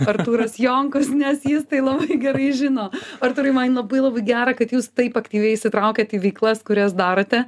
artūras jonkus nes jis tai labai gerai žino artūrai man labai labai gera kad jūs taip aktyviai įsitraukiat į veiklas kurias darote